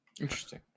Interesting